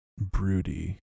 broody